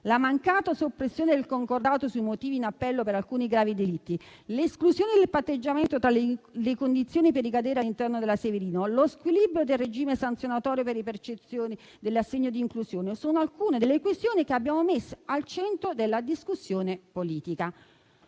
la mancata soppressione del concordato sui motivi in appello per alcuni gravi delitti, l'esclusione del patteggiamento tra le condizioni per ricadere all'interno della legge Severino, lo squilibrio del regime sanzionatorio per i percettori dell'assegno di inclusione sono alcune delle questioni che abbiamo messo al centro della discussione politica.